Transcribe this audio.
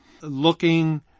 looking